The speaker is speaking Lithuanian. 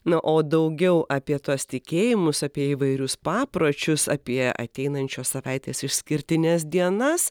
na o daugiau apie tuos tikėjimus apie įvairius papročius apie ateinančios savaitės išskirtines dienas